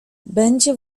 będzie